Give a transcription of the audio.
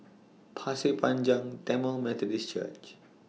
Pasir Panjang Tamil Methodist Church